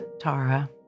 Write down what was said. Tara